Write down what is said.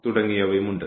തുടങ്ങിയവയുണ്ട്